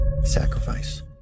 sacrifice